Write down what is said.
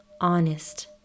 honest